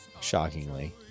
shockingly